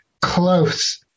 close